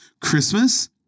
Christmas